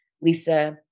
Lisa